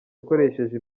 akoresheje